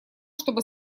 чтобы